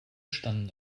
standen